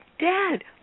Dad